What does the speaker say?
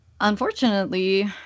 Unfortunately